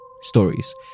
stories